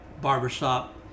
barbershop